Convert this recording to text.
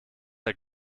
der